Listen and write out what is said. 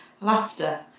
laughter